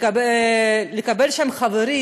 לקבל שם חברים,